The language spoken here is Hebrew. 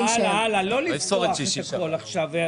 הלאה, הלאה, לא לפתוח את הכל עכשיו.